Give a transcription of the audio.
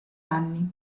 anni